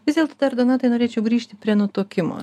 vis dėlto dar donatai norėčiau grįžti prie nutukimo